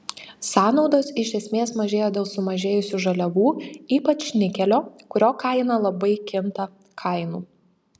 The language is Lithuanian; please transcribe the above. sąnaudos iš esmės mažėjo dėl sumažėjusių žaliavų ypač nikelio kurio kaina labai kinta kainų